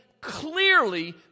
clearly